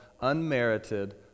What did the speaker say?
unmerited